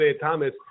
Thomas